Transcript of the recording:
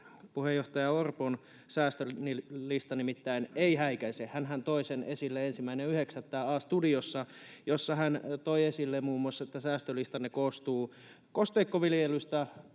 puheenjohtaja Orpon säästölista ei häikäise. Hänhän toi sen esille 1.9. A-studiossa, jossa hän toi esille muun muassa, että säästölistanne koostuu kosteikkoviljelystä,